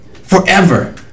Forever